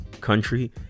country